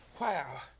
Wow